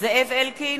זאב אלקין,